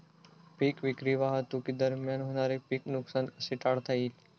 पीक विक्री वाहतुकीदरम्यान होणारे पीक नुकसान कसे टाळता येईल?